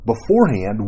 beforehand